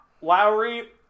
Lowry